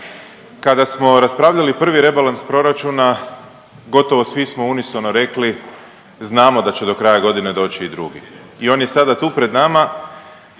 Kada smo raspravljali prvi rebalans proračuna gotovo svi smo unisono rekli znamo da će do kraja godine doći i drugi i on je sada tu pred nama,